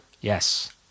yes